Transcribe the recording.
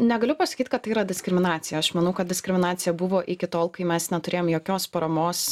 negaliu pasakyt kad tai yra diskriminacija aš manau kad diskriminacija buvo iki tol kai mes neturėjom jokios paramos